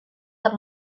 per